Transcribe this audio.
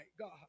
God